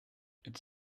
it’s